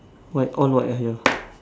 white all white ah you